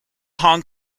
hong